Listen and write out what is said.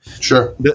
Sure